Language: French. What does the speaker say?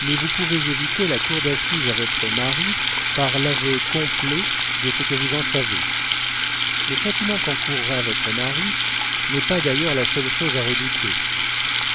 mais vous pouvez éviter la cour d'assises à votre mari par l'aveu complet de ce que vous en savez le châtiment qu'encourra votre mari n'est pas d'ailleurs la seule chose à redouter